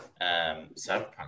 cyberpunk